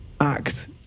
act